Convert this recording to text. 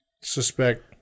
suspect